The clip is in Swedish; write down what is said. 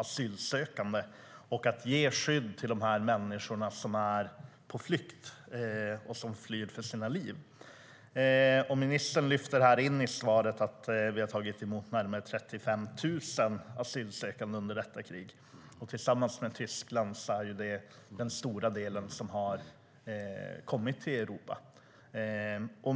asylsökande och ger skydd till människor som är på flykt, som flyr för sina liv. Ministern lyfter fram i svaret att vi har tagit emot närmare 35 000 asylsökande under detta krig. Tillsammans med Tyskland är det Sverige som har tagit emot den stora delen av dem som har kommit till Europa.